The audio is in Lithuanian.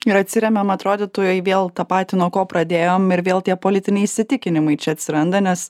ir atsiremiam atrodytų į vėl tą patį nuo ko pradėjom ir vėl tie politiniai įsitikinimai čia atsiranda nes